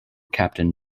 captain